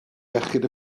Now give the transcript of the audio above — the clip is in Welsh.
iechyd